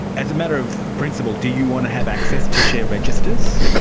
as a matter of principle, do you want to have access to share registers?